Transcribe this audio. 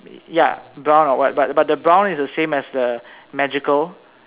ya brown or white but but the brown is the same as the magical